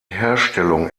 herstellung